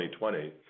2020